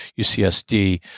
UCSD